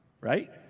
right